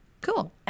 cool